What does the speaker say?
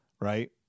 right